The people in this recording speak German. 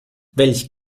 welch